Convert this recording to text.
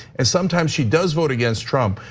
and sometimes she does vote against trump.